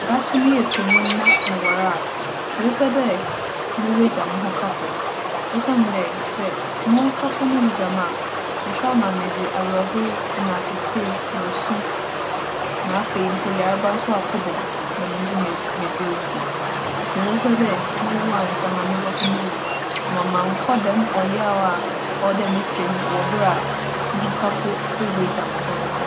Sɛ daakye meyɛ panyin na mowar a, mebɛpɛ dɛ mowu egya moho kafo. Osiandɛ sɛ moho kafo no wu gya me a, annhwɛ a na medze awerɛhow na atseetsee na osu, na afei mpo yarba so akͻbͻ mu na mo so me - medze ewu bi. Ntsi mebɛpɛ dɛ mowu ansaana mo dͻfo no ewu. Ama mannkͻ dɛm ͻyaw a ͻwͻ dɛ mefa mu wͻ ber a moho kafo ewu egya me hͻ no hͻ.